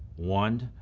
one,